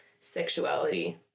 sexuality